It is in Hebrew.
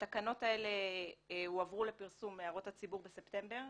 התקנות האלה הועברו לפרסום הערות הציבור בספטמבר,